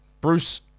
Bruce